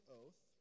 oath